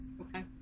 Okay